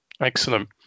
excellent